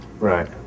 Right